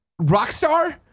Rockstar